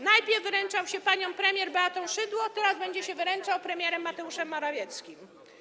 Najpierw wyręczał się panią premier Beatą Szydło, a teraz będzie się wyręczał premierem Mateuszem Morawieckim.